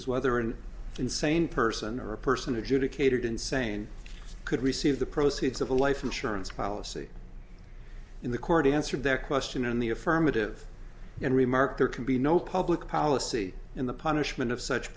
is whether an insane person or a person adjudicated insane could receive the proceeds of a life insurance policy in the court answered their question in the affirmative and remark there can be no public policy in the punishment of such